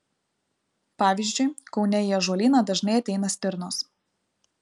pavyzdžiui kaune į ąžuolyną dažnai ateina stirnos